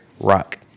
Rock